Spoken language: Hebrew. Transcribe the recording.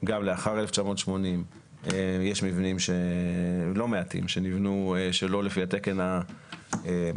גם לאחר 1980 יש מבנים לא מעטים שנבנו שלא לפי התקן המחמיר